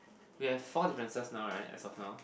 we have four differences right as of now